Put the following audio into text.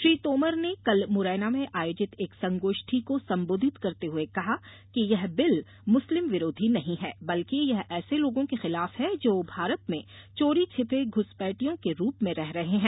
श्री तोमर ने कल मुरैना में आयोजित एक संगोष्ठी को संबोधित करते हुए कहा कि यह बिल मुस्लिम विरोधी नहीं है बल्कि यह ऐसे लोगों के खिलाफ है जो भारत मे चोरी छिपे घ्सपैटियों के रूप में रह रहे हैं